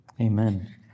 Amen